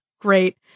great